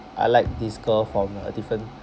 I like this girl from a different